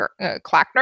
Clackner